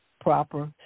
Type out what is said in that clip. proper